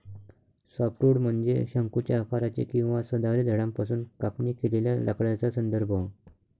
softwood म्हणजे शंकूच्या आकाराचे किंवा सदाहरित झाडांपासून कापणी केलेल्या लाकडाचा संदर्भ